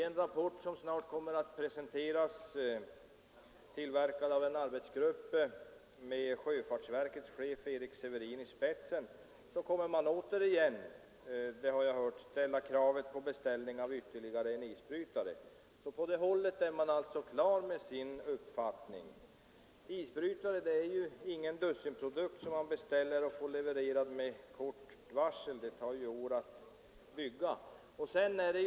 I en rapport som snart kommer att presenteras, skriven av en arbetsgrupp med sjöfartsverkets chef, Erik Severin, i spetsen, kommer man igen — det har jag hört — att kräva beställning av ytterligare en isbrytare. På det hållet är man alltså på det klara med sin uppfattning. En isbrytare är ingen dussinprodukt som man beställer och får levererad med kort varsel. Det tar år att bygga en sådan.